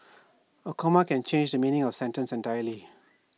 A comma can change the meaning of A sentence entirely